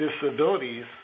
disabilities